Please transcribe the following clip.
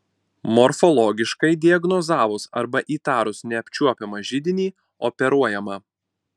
morfologiškai diagnozavus arba įtarus neapčiuopiamą židinį operuojama